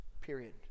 Period